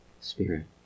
spirit